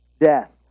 death